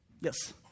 Yes